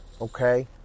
Okay